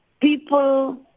people